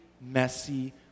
messy